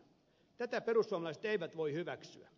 tätä perussuomalaiset eivät voi hyväksyä